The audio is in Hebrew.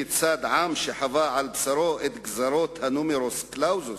כיצד עם שחווה על בשרו את גזירות ה"נומרוס קלאוזוס"